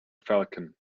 falcon